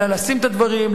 אלא לשים את הדברים,